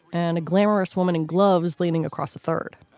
and a glamorous woman in gloves leaning across a third.